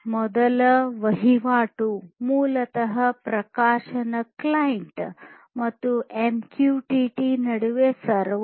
ಮೊದಲ ವಹಿವಾಟು ಮೂಲತಃ ಪ್ರಕಾಶನ ಕ್ಲೈಂಟ್ ಮತ್ತು ಎಂಕ್ಯೂಟಿಟಿ ನಡುವೆ ಸರ್ವರ್